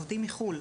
עובדים מחו"ל,